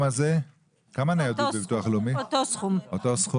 אותו סכום.